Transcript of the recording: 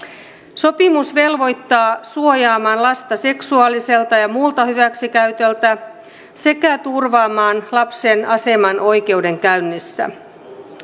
sopimus velvoittaa suojaamaan lasta seksuaaliselta ja muulta hyväksikäytöltä sekä turvaamaan lapsen aseman oikeudenkäynnissä